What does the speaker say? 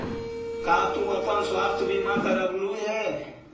का तू अपन स्वास्थ्य बीमा करवलू हे?